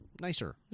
nicer